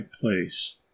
place